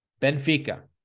Benfica